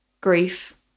grief